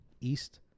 east